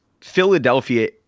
Philadelphia